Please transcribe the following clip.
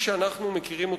בשנה,